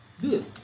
Good